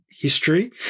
history